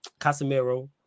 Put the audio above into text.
Casemiro